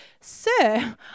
sir